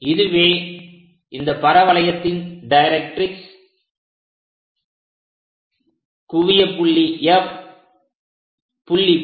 இதுவே இந்த பரவளையத்தின் டைரக்ட்ரிக்ஸ் குவிய புள்ளி F புள்ளி P ஆகும்